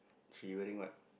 she wearing what